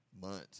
months